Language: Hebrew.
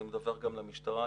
אני מדווח גם למשטרה,